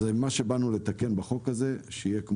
אנחנו באנו לתקן בחוק הזה שזה יהיה,